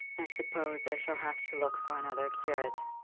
i suppose i shall have to look for another curate,